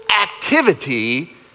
activity